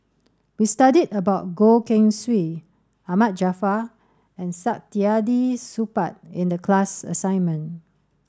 we studied about Goh Keng Swee Ahmad Jaafar and Saktiandi Supaat in the class assignment